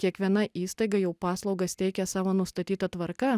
kiekviena įstaiga jau paslaugas teikia savo nustatyta tvarka